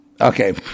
Okay